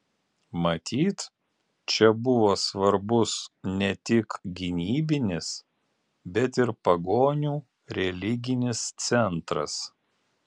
matyt čia buvo svarbus ne tik gynybinis bet ir pagonių religinis centras